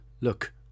look